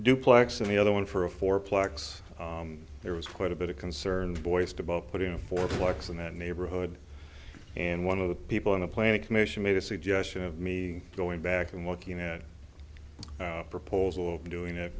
duplex and the other one for a four plex there was quite a bit of concern voiced about putting forth works in that neighborhood and one of the people in the planning commission made a suggestion of me going back and looking at a proposal of doing